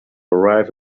arrive